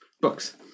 books